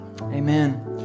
Amen